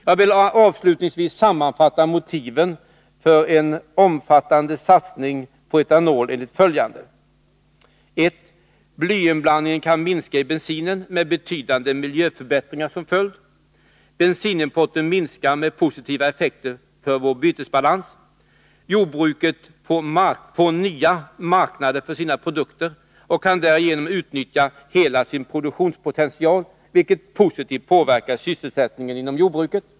Jag vill avslutningsvis sammanfatta motiven för en omfattande satsning på etanol enligt följande: Blyinblandningen i bensinen kan minskas med betydande miljöförbättringar som följd. Bensinimporten minskar med positiva effekter på vår bytesbalans. Jordbruket får nya marknader för sina produkter och kan därigenom utnyttja hela sin produktionspotential, vilket positivt påverkar sysselsättningen inom jordbruket.